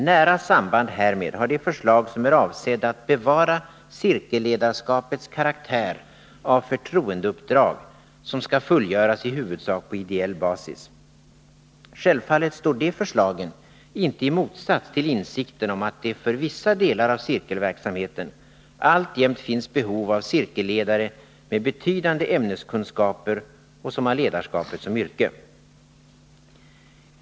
Nära samband härmed har de förslag som är avsedda att bevara cirkelledarskapets karaktär av förtroendeuppdrag som skall fullgöras i huvudsak på ideell basis. Självfallet står de förslagen inte i motsats till insikten om att det för vissa delar av cirkelverksamheten alltjämt finns behov av cirkelledare med betydande ämneskunskaper och som har ledarskapet som yrke.